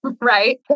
right